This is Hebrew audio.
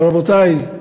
אבל, רבותי,